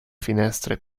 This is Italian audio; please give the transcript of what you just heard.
finestre